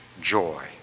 joy